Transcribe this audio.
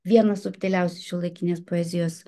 vienas subtiliausių šiuolaikinės poezijos